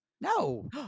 No